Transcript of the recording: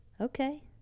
Okay